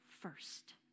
first